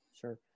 Sure